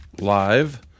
live